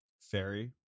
fairy